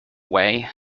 way